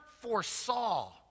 foresaw